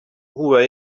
were